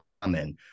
common